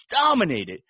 dominated